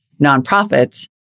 nonprofits